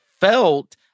felt